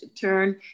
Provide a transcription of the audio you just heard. turn